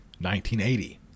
1980